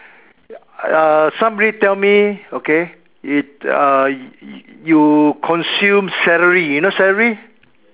uh somebody tell me okay it uh you consume celery you know celery